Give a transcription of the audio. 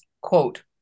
quote